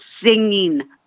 singing